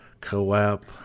co-op